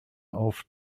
auf